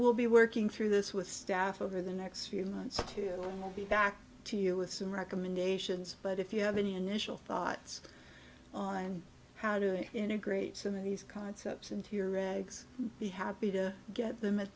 will be working through this with staff over the next few months to get back to you with some recommendations but if you have any initial thoughts on how to integrate some of these concepts into your rags be happy to get them at